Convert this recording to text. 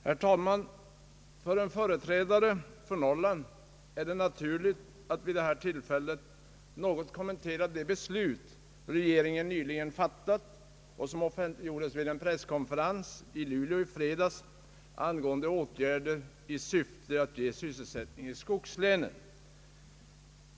Herr talman! För en företrädare för Norrland är det naturligt att vid det här tillfället något kommentera det beslut som regeringen nyligen fattat och som offentliggjordes vid en presskonferens i Luleå i fredags angående åtgärder i syfte att ge sysselsättning i skogslänen.